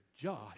Josh